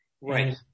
Right